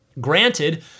Granted